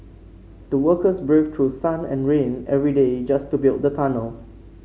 the workers braved through sun and rain every day just to build the tunnel